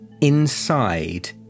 inside